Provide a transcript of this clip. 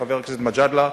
חבר הכנסת מג'אדלה,